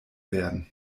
werden